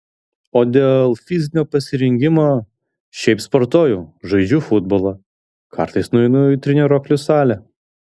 o dėl fizinio pasirengimo šiaip sportuoju žaidžiu futbolą kartais nueinu į treniruoklių salę